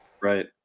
Right